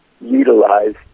Utilize